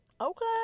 Okay